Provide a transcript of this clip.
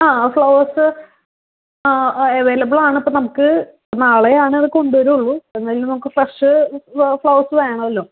flowers അവൈലബിളാണിപ്പോൾ നമുക്ക് നാളെയാണ് അത് കൊണ്ട് വരികയുള്ളൂ എന്തായാലും നമുക്ക് ഫസ്റ്റ് ഫ്ലവർസ് വേണമല്ലോ